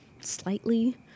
slightly